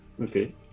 Okay